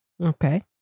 Okay